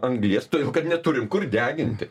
anglies todėl kad neturim kur deginti